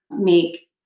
make